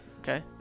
Okay